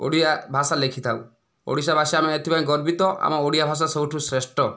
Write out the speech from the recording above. ଓଡ଼ିଆ ଭାଷା ଲେଖିଥାଉ ଓଡ଼ିଶା ବାସୀ ଆମେ ଏଥିପାଇଁ ଗର୍ବିତ ଆମ ଓଡ଼ିଆ ଭାଷା ସବୁଠାରୁ ଶ୍ରେଷ୍ଠ